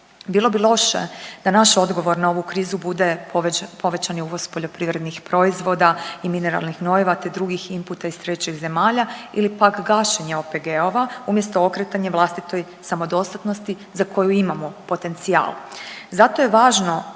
Bilo bi loše da naš odgovor na ovu krizu bude povećani uvoz poljoprivrednih proizvoda i mineralnih gnojiva te drugih inputa iz trećih zemalja ili pak gašenja OPG-a umjesto okretanje vlastitoj samodostatnosti za koju imamo potencijal.